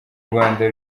rwanda